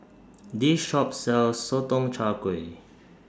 This Shop sells Sotong Char Kway